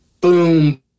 boom